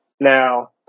Now